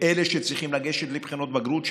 אלה שצריכים לגשת לבחינות הבגרות,